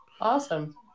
awesome